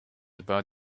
about